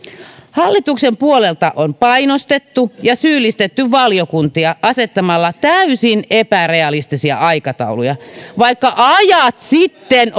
hallituksen puolelta on painostettu ja syyllistetty valiokuntia asettamalla täysin epärealistisia aikatauluja vaikka ajat sitten